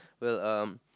well um